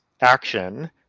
action